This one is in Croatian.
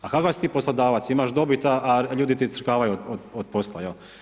Pa kakav si ti poslodavac, imaš dobit, a ljudi ti crkavaju od posla.